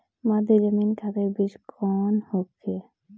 मध्य जमीन खातिर बीज कौन होखे?